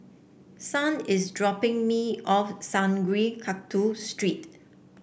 Son is dropping me off Sungei Kadut Street